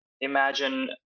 imagine